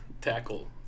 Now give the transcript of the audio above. tackle